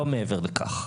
לא מעבר לכך.